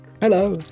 Hello